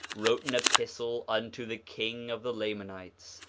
wrote an epistle unto the king of the lamanites,